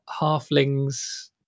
halflings